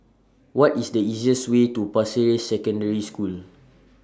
What IS The easiest Way to Pasir Ris Secondary School